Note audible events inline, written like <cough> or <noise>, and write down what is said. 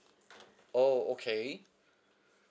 oh okay <breath>